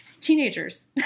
teenagers